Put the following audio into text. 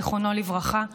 זיכרונו לברכה,